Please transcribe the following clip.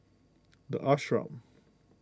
the Ashram